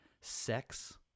sex